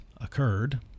occurred